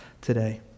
today